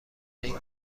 این